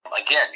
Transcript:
again